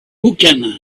hookahs